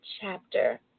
Chapter